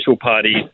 parties